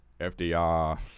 FDR